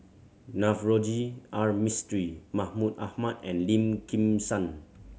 Navroji R Mistri Mahmud Ahmad and Lim Kim San